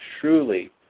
truly